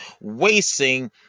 wasting